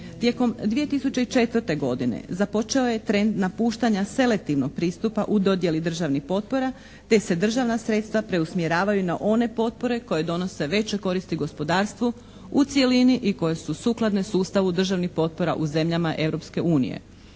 Tijekom 2004. godine započeo je trend napuštanja selektivnog pristupa u dodjeli državnih potpora te se državna sredstva preusmjeravaju na one potpore koje donose veće koristi gospodarstvu u cjelini i koje su sukladne sustavu državnih potpora u zemljama